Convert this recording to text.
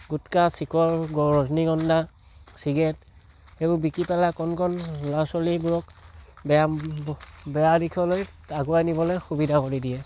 gutka Shikhar Rajnigandha cigarette সেইবোৰ বিকি পেলাই কন কন ল'ৰা ছোৱালীবোৰক বেয়া বেয়া দিশলৈ আগুৱাই নিবলৈ সুবিধা কৰি দিয়ে